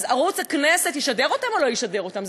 אז ערוץ הכנסת ישדר אותם או לא ישדר אותם?